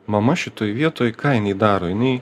mama šitoj vietoj ką inai daro inai